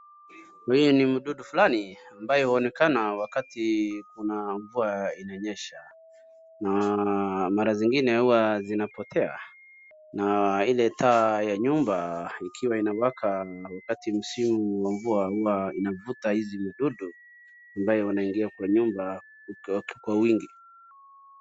Hii ni mdudu fulani ambaye huonekana wakati kuna mvua inanyesha na mara zingine huwa zinapotea, na ile taa ya nyumba ikiwa inawaka na ni wakati msimu wa mvua huwa inavuta hizi dudu ambaye wanaingia kwa nyumba kwa wingi.